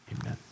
Amen